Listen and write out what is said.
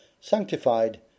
sanctified